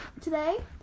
today